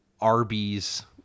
Arby's